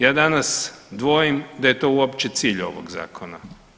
Ja danas dvojim da je to uopće cilj ovog Zakona.